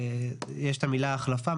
יש את המילה החלפה,